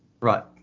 Right